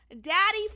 daddy